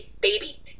baby